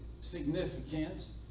significance